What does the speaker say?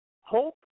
Hope